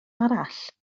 arall